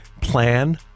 Plan